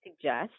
suggest